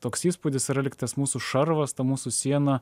toks įspūdis yra lyg tas mūsų šarvas ta mūsų siena